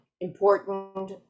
important